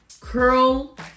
curl